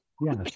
Yes